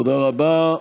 תודה רבה.